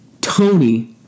Tony